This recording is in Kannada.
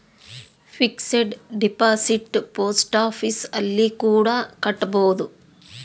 ಫಿಕ್ಸೆಡ್ ಡಿಪಾಸಿಟ್ ಪೋಸ್ಟ್ ಆಫೀಸ್ ಅಲ್ಲಿ ಕೂಡ ಕಟ್ಬೋದು